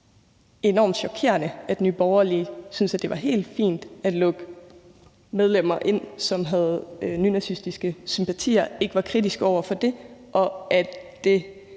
det var enormt chokerende, at Nye Borgerlige syntes, det var helt fint at lukke medlemmer ind, som havde nynazistiske sympatier, og ikke var kritiske over for det. Lige